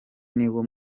niwo